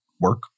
work